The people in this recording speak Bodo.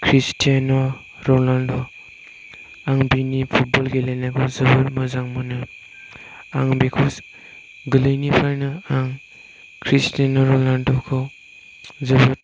क्रिस्टियान' रनालद' आं बिनि फुटबल गेलेनायखौ जोबोद मोजां मोनो आं बेखौ गोरलैनिफ्रायनो आं क्रिस्टियान' रनालद' खौ जोबोद